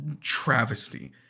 travesty